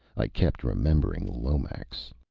i kept remembering lomax.